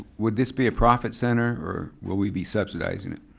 would this be a profit center? or would we be subsidizing it?